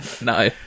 No